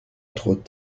trop